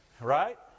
right